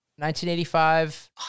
1985